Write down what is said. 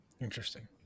interesting